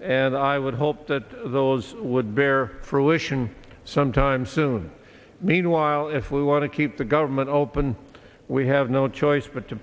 and i would hope that those would bear fruition sometime soon meanwhile if we want to keep the government open we have no choice but to